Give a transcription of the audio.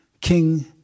king